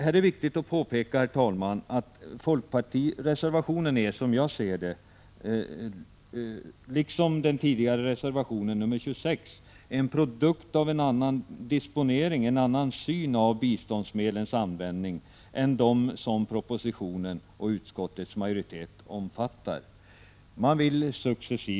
Det är viktigt att påpeka, herr talman, att denna folkpartireservation liksom reservation 26 som jag ser det är en produkt av en annan disponering av och en annan syn på biståndsmedlens användning än den som kommer till uttryck i propositionen och som omfattas av utskottets majoritet.